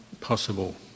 possible